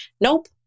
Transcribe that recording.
Nope